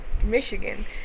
Michigan